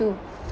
too